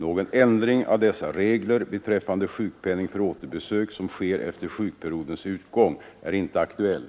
Någon ändring av dessa regler beträffande sjukpenning för återbesök som sker efter sjukperiodens utgång är inte aktuell.